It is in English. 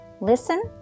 Listen